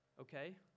okay